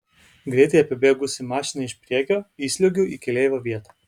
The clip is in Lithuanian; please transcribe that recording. greitai apibėgusi mašiną iš priekio įsliuogiu į keleivio vietą